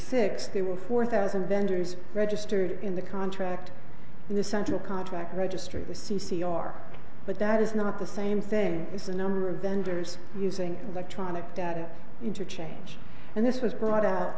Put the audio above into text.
six there were four thousand vendors registered in the contract in the central contract registry the c c r but that is not the same thing is the number of vendors using electronic data interchange and this was brought out